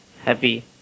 happy